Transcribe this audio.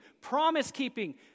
promise-keeping